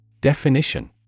Definition